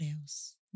else